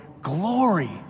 glory